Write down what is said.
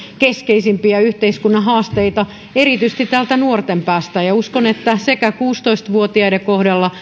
keskeisimpiä yhteiskunnan haasteita erityisesti täältä nuorten päästä uskon että sekä kuusitoista vuotiaiden kohdalla